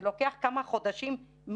זה לוקח כמה חודשים מינימום,